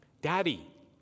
Daddy